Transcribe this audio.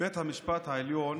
בית המשפט העליון